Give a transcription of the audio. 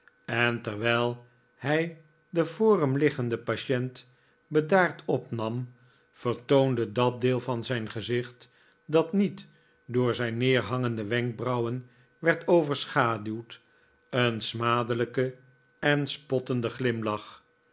en terwijl hij den voor hem liggenden patient bedaard opnam vertoonde dat deel van zijn gezicht dat niet door zijn neerhangende wenkbrauwen werd overschaduwd een smadelijken en spottenden glimlach